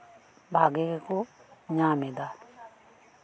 ᱵᱷᱟᱜᱮ ᱜᱮᱠᱚ ᱧᱟᱢ ᱮᱫᱟ